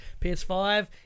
PS5